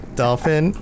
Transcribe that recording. dolphin